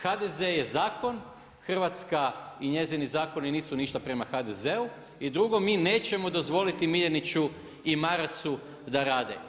HDZ je zakon, Hrvatska i njezini zakoni nisu ništa prema HDZ-u i drugo mi nećemo dozvoliti Miljaniću i Marasu da rade.